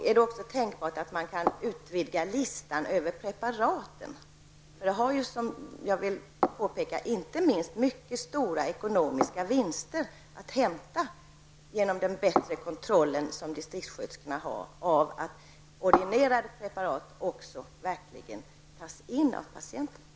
Är det tänkbart att utvidga listan över preparat? Det finns mycket stora ekonomiska vinster att hämta i den bättre kontrollen som distriktssköterskor kan utföra av att ordinerade preparat också används av patienterna.